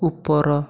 ଉପର